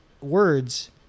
words